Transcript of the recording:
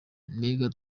mbega